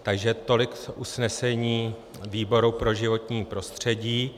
Takže tolik k usnesení výboru pro životní prostředí.